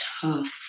tough